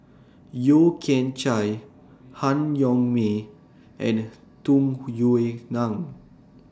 Yeo Kian Chye Han Yong May and Tung Yue Nang